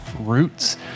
roots